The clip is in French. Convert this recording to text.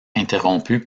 interrompu